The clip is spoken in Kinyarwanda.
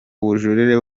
ubujurire